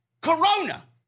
corona